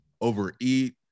overeat